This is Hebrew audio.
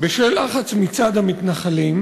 בשל לחץ מצד המתנחלים,